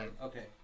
Okay